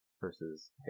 versus